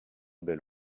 belle